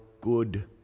good